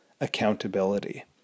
Accountability